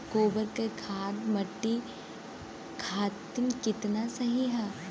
गोबर क खाद्य मट्टी खातिन कितना सही ह?